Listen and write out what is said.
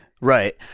Right